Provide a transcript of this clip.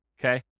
okay